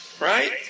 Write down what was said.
Right